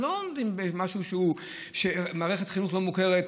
הם לא לומדים במערכת חינוך לא מוכרת,